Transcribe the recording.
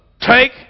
take